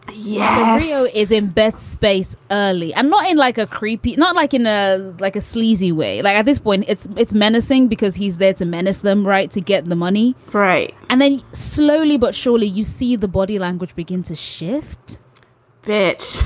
ah yeah so is in beth's space early and not in like a creepy. not like in a like a sleazy way like this when it's it's menacing because he's there to menace them. right. to get the money. right. and then slowly but surely, you see the body language begin to shift that